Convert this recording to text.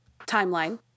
timeline